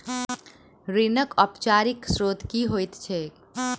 ऋणक औपचारिक स्त्रोत की होइत छैक?